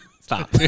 stop